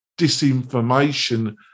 disinformation